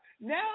Now